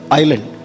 island